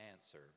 answer